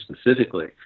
specifically